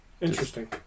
interesting